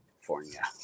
California